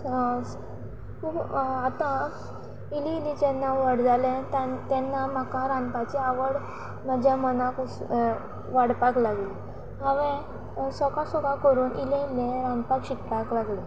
खूब आतां इल्ली इल्ली जेन्ना व्हड जाले तान तेन्ना म्हाका रांदपाची आवड म्हज्या मनाक वाडपाक लागली हांवे सोका सोकास करून इले इल्ले रांदपाक शिकपाक लागले